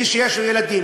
מי שיש לו ילדים,